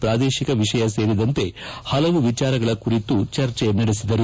ಪ್ರಾದೇಶಿಕ ವಿಷಯ ಸೇರಿದಂತೆ ಪಲವು ವಿಚಾರಗಳ ಕುರಿತು ಚರ್ಜೆ ನಡೆಸಿದರು